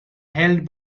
held